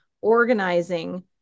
organizing